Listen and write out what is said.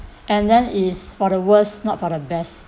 and then is for the worst not for the best